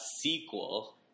sequel